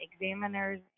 examiners